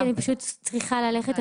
אני פשוט צריכה ללכת,